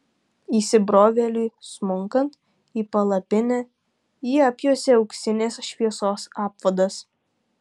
įsibrovėliui smunkant į palapinę jį apjuosė auksinės šviesos apvadas